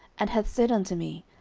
and hath said unto me,